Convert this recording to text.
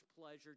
pleasure